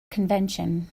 convention